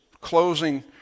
closing